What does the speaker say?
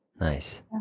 Nice